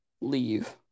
leave